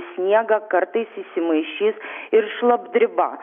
sniegą kartais įsimaišys ir šlapdriba